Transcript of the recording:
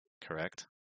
Correct